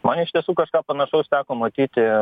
man iš tiesų kažką panašaus teko matyti